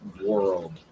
world